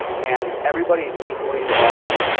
and everybody is equally involved.